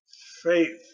Faith